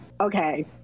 okay